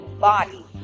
body